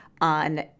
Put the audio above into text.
on